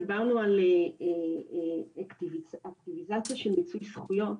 דיברנו על אקטיבציה של מציג זכויות.